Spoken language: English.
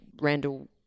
Randall